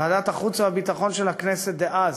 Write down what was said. ועדת החוץ והביטחון של הכנסת דאז